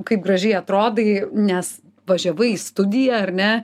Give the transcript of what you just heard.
kaip gražiai atrodai nes važiavai į studiją ar ne